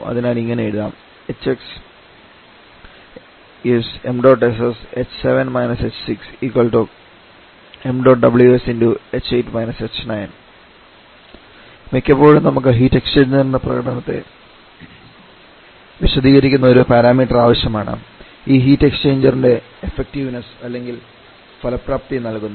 അതിനാൽ ഇങ്ങനെ എഴുതാം മിക്കപ്പോഴും നമുക്ക് ഹീറ്റ്എക്സ്ചേഞ്ചറിന്റെ പ്രകടനത്തെ വിശദീകരിക്കുന്ന ഒരു പാരാമീറ്റർ ആവശ്യമാണ് ഈ ഹീറ്റ് എക്സ്ചേഞ്ചറിന്റെ എഫക്ടീവ്നസ് അല്ലെങ്കിൽ ഫലപ്രാപ്തി നൽകുന്നു